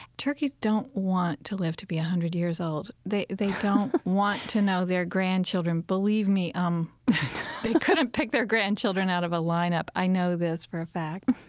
turkeys don't want to live to be one ah hundred years old. they they don't want to know their grandchildren. believe me. um they couldn't pick their grandchildren out of a lineup. i know this for a fact